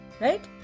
right